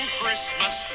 Christmas